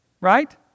Right